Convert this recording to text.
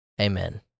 Amen